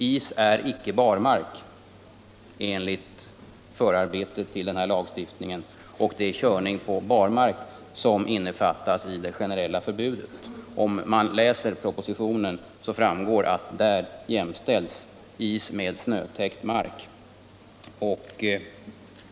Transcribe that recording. Is är icke barmark enligt förarbetet till den här lagstiftningen, och det är körning på barmark som innefattas i det generella förbudet. Om man läser propositionen, finner man att där jämställs is med snötäckt mark.